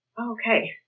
Okay